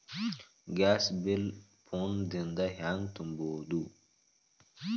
Gas bill phone ದಿಂದ ಹ್ಯಾಂಗ ತುಂಬುವುದು?